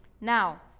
Now